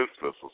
missiles